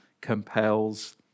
compels